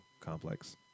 complex